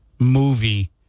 movie